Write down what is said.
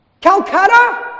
Calcutta